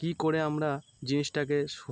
কী করে আমরা জিনিসটাকে সু